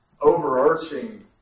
overarching